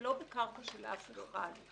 ולא בקרקע של אף אחד.